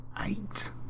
eight